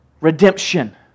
redemption